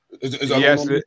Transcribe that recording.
Yes